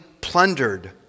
plundered